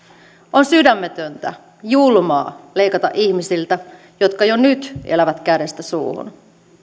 on sydämetöntä julmaa leikata ihmisiltä jotka jo nyt elävät kädestä suuhun